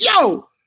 yo